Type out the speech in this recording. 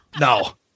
No